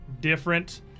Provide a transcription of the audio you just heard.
different